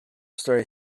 story